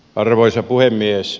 arvoisa puhemies